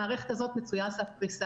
המערכת הזאת מצויה על סף קריסה.